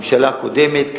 הממשלה הקודמת,